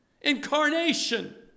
incarnation